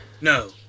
no